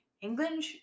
England